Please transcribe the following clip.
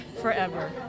forever